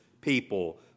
people